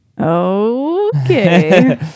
okay